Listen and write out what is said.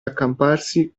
accamparsi